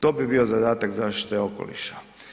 To bi bio zadatak zaštite okoliša.